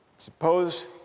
suppose